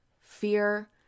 fear